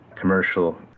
commercial